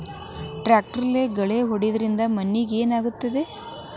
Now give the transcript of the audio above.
ಟ್ರಾಕ್ಟರ್ಲೆ ಗಳೆ ಹೊಡೆದಿದ್ದರಿಂದ ಮಣ್ಣಿಗೆ ಏನಾಗುತ್ತದೆ?